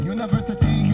University